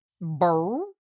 Burr